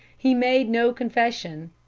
he made no confession.